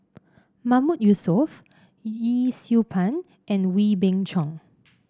Mahmood Yusof Yee Siew Pun and Wee Beng Chong